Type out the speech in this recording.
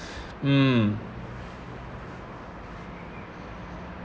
um